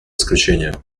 исключения